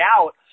out